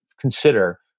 consider